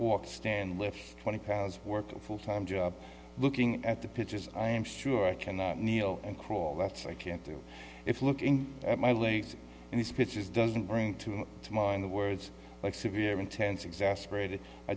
or stand with twenty pounds working full time job looking at the pictures i am sure i can kneel and crawl that's i can't do if looking at my legs and his speeches doesn't bring to my mind the words like severe intense exasperated i